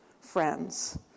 friends